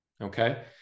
okay